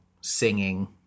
singing